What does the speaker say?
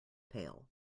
pail